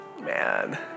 Man